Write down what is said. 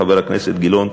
חבר הכנסת גילאון,